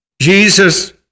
Jesus